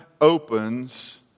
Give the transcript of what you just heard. opens